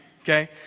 Okay